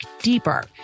deeper